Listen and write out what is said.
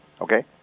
Okay